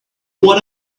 what